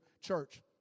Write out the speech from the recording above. Church